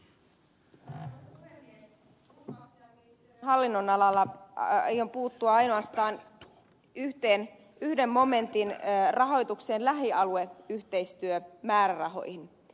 ulkoasiainministeriön hallinnonalalla aion puuttua ainoastaan yhden momentin rahoitukseen lähialueyhteistyön määrärahoihin